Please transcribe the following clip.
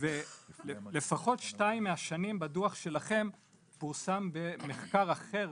ולפחות שתיים מהשנים בדוח שלכם פורסם במחקר אחר